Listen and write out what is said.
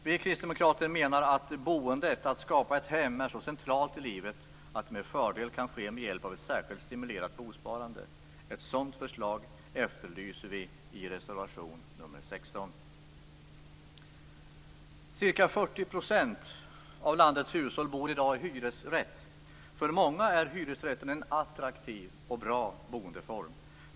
Vi kristdemokrater menar att boendet, att skapa ett hem, är så centralt i livet att det med fördel kan ske med hjälp av ett särskilt stimulerat bosparande. Ett sådant förslag efterlyser vi i reservation nr 16. Ca 40 % av landets hushåll är i dag hyresrätter. För många är hyresrätten en attraktiv och bra boendeform.